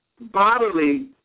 bodily